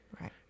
Right